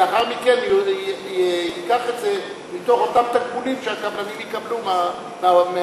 ולאחר מכן לקחת את זה מתוך אותם תקבולים שהקבלנים יקבלו מהקונים.